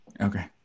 Okay